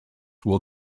will